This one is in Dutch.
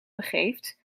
begeeft